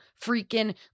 freaking